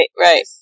right